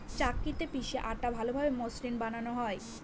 চাক্কিতে পিষে আটা ভালোভাবে মসৃন বানানো হয়